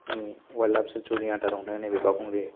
नि wildlife चेन्सुवारिनि आन्दारावनो नैबे बावखुंग्रि